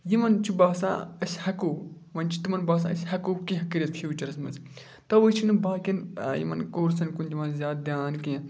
یِمَن چھُ باسان أسۍ ہٮ۪کو وۄنۍ چھِ تِمَن باسان أسۍ ہٮ۪کو کینٛہہ کٔرِتھ فیوٗچَرَس منٛز تَوَے چھِنہٕ باقٕیَن یِمَن کورسَن کُن دِوان زیادٕ دھیان کینٛہہ